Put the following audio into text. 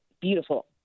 beautiful